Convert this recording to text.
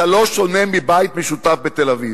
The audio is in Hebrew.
אתה לא שונה מבית משותף בתל-אביב.